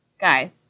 Guys